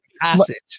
passage